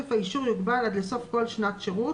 תוקף האישור יוגבל עד לסוף כל שנת שירות,